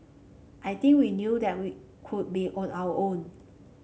I think we knew that we could be on our own